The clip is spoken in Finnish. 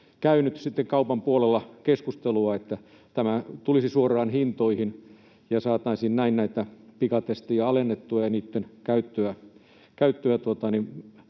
käynyt sitten kaupan puolella keskustelua, että tämä tulisi suoraan hintoihin ja saataisiin näin näitä pikatestejä alennettua ja niitten käyttöä